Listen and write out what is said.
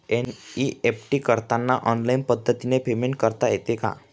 NEFT करताना online पद्धतीने payment करता येते का?